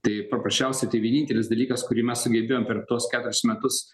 tai paprasčiausiai tai vienintelis dalykas kurį mes sugebėjom per tuos keturis metus